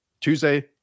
Tuesday